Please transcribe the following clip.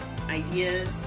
ideas